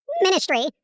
Ministry